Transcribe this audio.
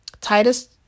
Titus